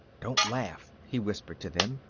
don't laugh, he whispered to them,